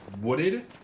wooded